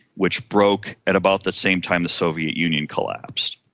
which broke at about the same time the soviet union collapsed.